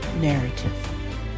narrative